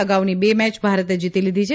અગાઉની બે મેય ભારતે જીતી લીધી છે